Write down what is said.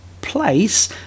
place